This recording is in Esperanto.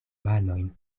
manojn